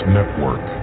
Network